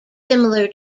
similar